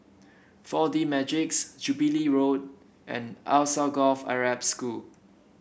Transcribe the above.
Four D Magix Jubilee Road and Alsagoff Arab School